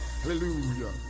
Hallelujah